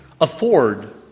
afford